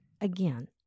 Again